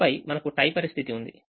ఆపైమనకు tie పరిస్థితి ఉంది